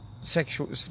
sexual